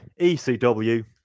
ECW